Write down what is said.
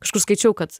kažkur skaičiau kad